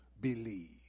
believe